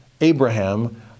Abraham